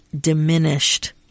Diminished